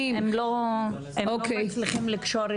לאין כמוהו של נפגעי ונפגעות תקיפה